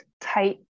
tight